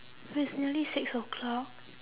it's nearly six o'clock